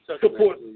support